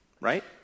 right